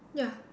ya